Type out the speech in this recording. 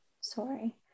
Sorry